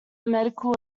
medical